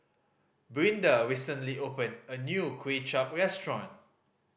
Brinda recently opened a new Kuay Chap restaurant